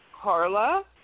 Carla